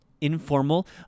informal